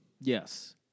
Yes